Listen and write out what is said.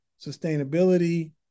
sustainability